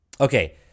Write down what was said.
Okay